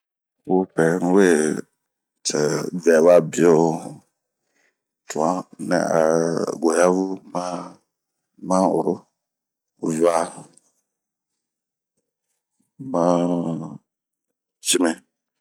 wopɛ nwe cɛ ŋɛwabio tuannɛ a goyaŋu ,ma ma'oro ,ŋaa, maa cimmi,